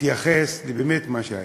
התייחס באמת למה שהיה.